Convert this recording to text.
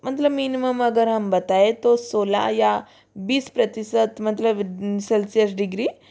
मतलब मिनिमम अगर हम बताएं तो सोलह या बीस प्रतिशत मतलब सेल्सियस डिग्री